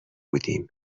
بودیم